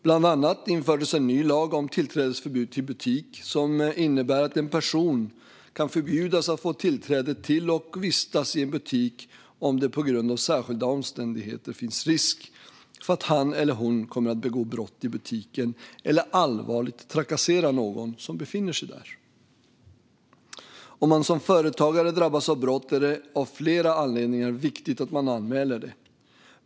Bland annat infördes en ny lag om tillträdesförbud till butik som innebär att en person kan förbjudas att få tillträde till och vistas i en butik om det på grund av särskilda omständigheter finns risk för att han eller hon kommer att begå brott i butiken eller allvarligt trakassera någon som befinner sig där. Om man som företagare drabbas av brott är det av flera anledningar viktigt att man anmäler det.